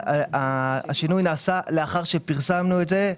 השינוי נעשה לאחר שפרסמנו את זה,